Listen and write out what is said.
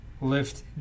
lift